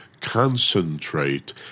concentrate